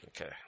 Okay